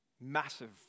Massive